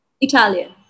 Italian